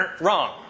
wrong